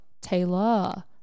Taylor